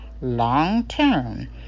long-term